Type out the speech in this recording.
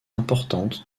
importante